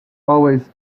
always